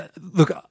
look